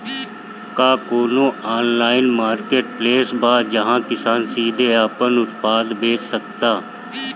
का कोनो online marketplace बा जहां किसान सीधे अपन उत्पाद बेच सकता?